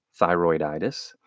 thyroiditis